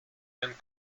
and